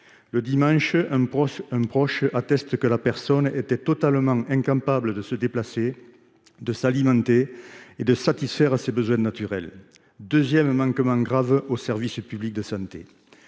Le dimanche, un proche atteste que la personne était totalement incapable de se déplacer, de s’alimenter et de satisfaire à ses besoins naturels – deuxième manquement grave au service public de la santé.